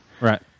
Right